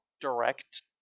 direct